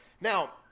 now